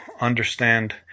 understand